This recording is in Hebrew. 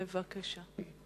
בבקשה.